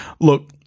Look-